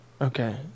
Okay